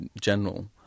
general